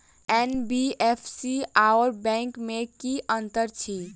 NBFC आओर bank मे की अंतर अछि?